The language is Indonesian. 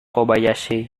kobayashi